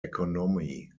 economy